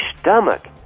stomach